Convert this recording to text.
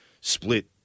split